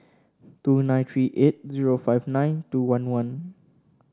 two nine three eight zero five nine two one one